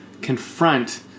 confront